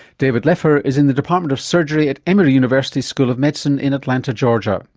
david lefer is in the department of surgery at emory university school of medicine in atlanta georgia.